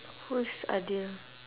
who's adil